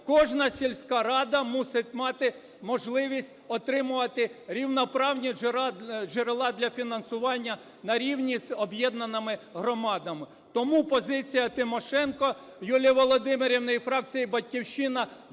кожна сільська рада мусить мати можливість отримувати рівноправні джерела для фінансування на рівні з об'єднаними громадами. Тому позиція Тимошенко Юлії Володимирівни і фракції "Батьківщина":